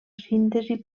síntesi